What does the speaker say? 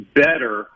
better